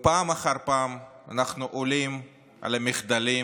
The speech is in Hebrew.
פעם אחר פעם אנחנו עולים על המחדלים